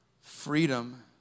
freedom